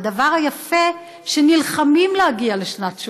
והדבר היפה, שנלחמים להגיע לשנת שירות,